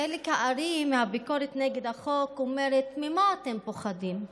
חלק הארי של הביקורת נגד החוק אומר: ממה אתם פוחדים?